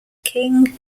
king